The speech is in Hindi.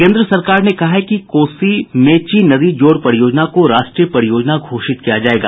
केन्द्र सरकार ने कहा है कि कोसी मेची नदी जोड़ परियोजना को राष्ट्रीय परियोजना घोषित किया जायेगा